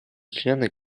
члены